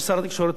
לדעתי,